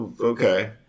Okay